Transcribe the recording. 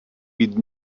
with